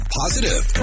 positive